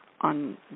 on